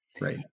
Right